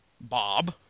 Bob